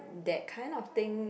that kind of thing